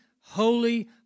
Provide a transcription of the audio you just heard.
holy